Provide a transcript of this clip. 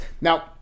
Now